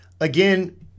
Again